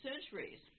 centuries